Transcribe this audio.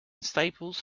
staples